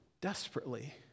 desperately